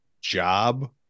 job